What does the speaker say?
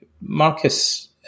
Marcus